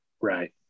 Right